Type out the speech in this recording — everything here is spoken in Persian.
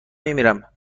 میمیرم